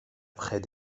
près